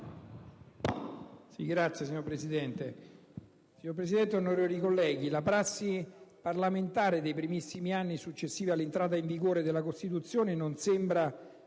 finestra") *(IdV)*. Signor Presidente, onorevoli colleghi, la prassi parlamentare dei primissimi anni successivi all'entrata in vigore della Costituzione non sembra